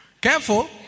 Careful